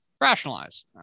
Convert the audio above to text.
Rationalize